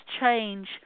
change